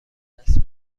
دست